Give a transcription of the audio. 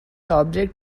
object